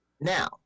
Now